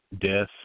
death